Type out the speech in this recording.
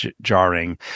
jarring